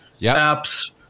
apps